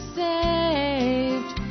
saved